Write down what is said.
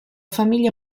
famiglia